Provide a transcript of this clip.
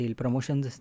promotions